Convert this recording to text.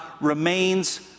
remains